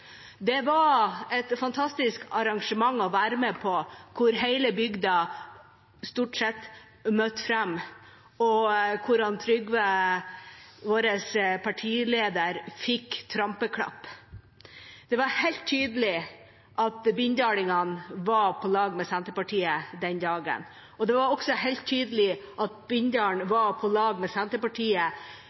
Det var et fantastisk arrangement å være med på, hvor stort sett hele bygda hadde møtt fram, og der Trygve, vår partileder, fikk trampeklapp. Det var helt tydelig at bindalingene var på lag med Senterpartiet den dagen, og det var også helt tydelig at Bindal var på lag med Senterpartiet